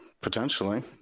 potentially